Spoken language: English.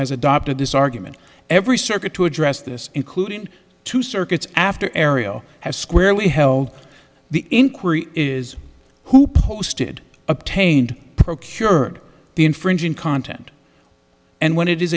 has adopted this argument every circuit to address this including two circuits after area has squarely held the inquiry is who posted obtained procured the infringing content and when it is